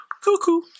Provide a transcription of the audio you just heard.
Cuckoo